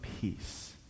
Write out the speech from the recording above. peace